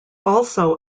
also